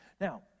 Now